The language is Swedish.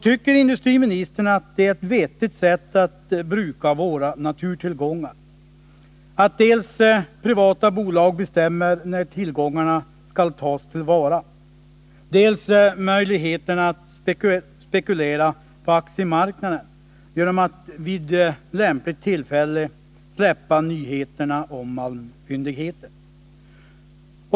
Tycker industriministern att det är ett vettigt sätt att bruka våra naturtillgångar att privata bolag dels bestämmer när tillgångarna skall tas till vara, dels har möjlighet att spekulera på aktiemarknaden genom att vid lämpligt tillfälle släppa ut nyheterna om malmfyndigheter?